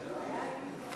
שלוש דקות